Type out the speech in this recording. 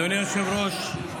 אדוני היושב-ראש,